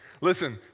Listen